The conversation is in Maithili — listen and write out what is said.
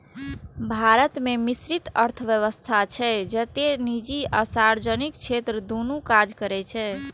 भारत मे मिश्रित अर्थव्यवस्था छै, जतय निजी आ सार्वजनिक क्षेत्र दुनू काज करै छै